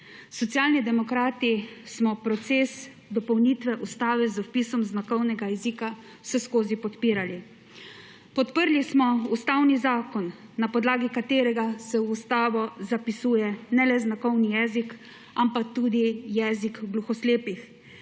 Socialni demokrati smo proces dopolnitve Ustave z zapisom znakovnega jezika vseskozi podpirali. Podprli smo ustavni zakon, na podlagi katerega se v Ustavo zapisuje ne le znakovni jezik, ampak tudi jezik gluhoslepih